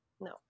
no